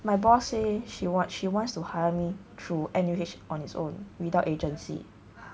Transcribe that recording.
my boss say she wants to she wants to hire me through N_U_H on its own without agency